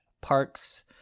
parks